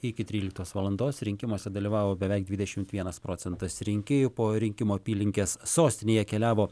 iki tryliktos valandos rinkimuose dalyvavo beveik dvidešimt vienas procentas rinkėjų po rinkimų apylinkes sostinėje keliavo